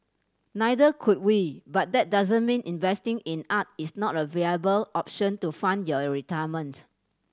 neither could we but that doesn't mean investing in art is not a viable option to fund your retirement